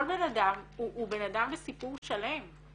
כל בנאדם הוא בנאדם בסיפור שלם,